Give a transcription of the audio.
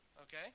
okay